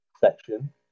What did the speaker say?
section